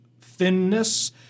thinness